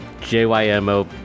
JYMO